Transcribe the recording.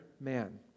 man